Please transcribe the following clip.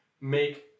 make